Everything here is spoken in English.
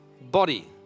body